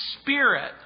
spirit